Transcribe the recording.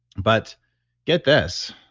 but get this,